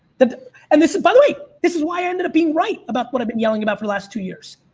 and this is by the way, this is why i ended up being right about what i've been yelling about for the last two years.